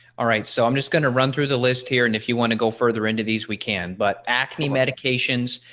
all right. so i'm just gonna run through the list here and if you want to go further into these we can. but acne medications,